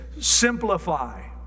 simplify